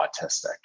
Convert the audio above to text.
autistic